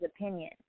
opinion